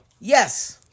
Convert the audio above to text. Yes